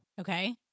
Okay